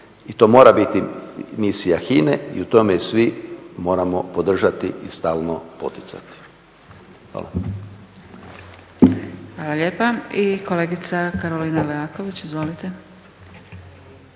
To mora biti misija HINA-e i u tome je svi moramo podržati i stalno poticati. Hvala. **Zgrebec, Dragica (SDP)** Hvala lijepa. I kolegica Karolina Leaković, izvolite.